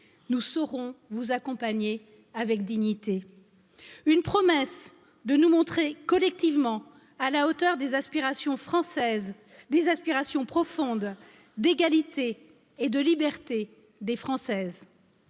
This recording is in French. nous saurons vous accompagner avec dignité. Une promesse de nous montrer collectivement à la hauteur des aspirations françaises, des aspirations profondes d'égalité et de liberté des Françaises.